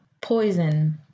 Poison